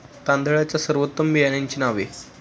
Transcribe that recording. तांदळाच्या सर्वोत्तम बियाण्यांची नावे?